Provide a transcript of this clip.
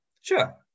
Sure